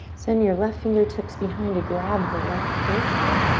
send your left fingertips behind to grab the left ankle.